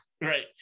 right